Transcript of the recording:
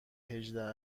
هجده